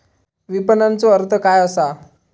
विपणनचो अर्थ काय असा?